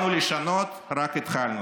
זה לא יחזיק לכם